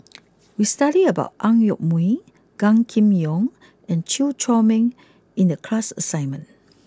we studied about Ang Yoke Mooi Gan Kim Yong and Chew Chor Meng in the class assignment